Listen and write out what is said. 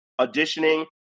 auditioning